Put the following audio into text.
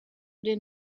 den